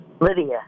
Lydia